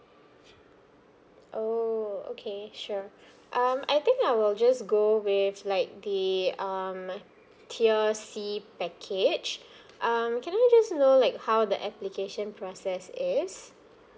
oh okay sure um I think I will just go with like the um tier C package um can I just know like how the application process is